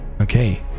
Okay